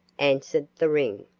answered the ring.